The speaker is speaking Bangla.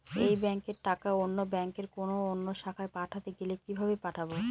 এক ব্যাংকের টাকা অন্য ব্যাংকের কোন অন্য শাখায় পাঠাতে গেলে কিভাবে পাঠাবো?